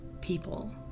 people